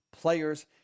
players